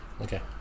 Okay